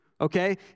Okay